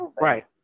right